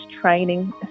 training